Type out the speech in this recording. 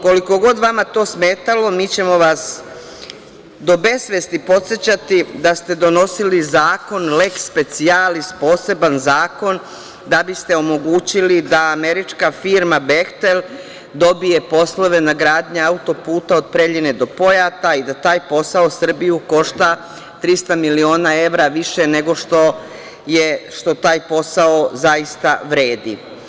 Koliko god vama to smetalo, mi ćemo vas do besvesti podsećati da ste donosili zakon leks specijalis, poseban zakon, da biste omogućili da američka firma "Behtel" dobije poslove na gradnji auto-puta od Preljine do Pojata i da taj posao Srbiju košta 300 miliona evra više nego što taj posao zaista vredi.